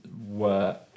work